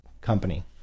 company